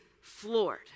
floored